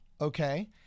okay